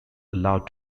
allowed